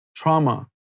trauma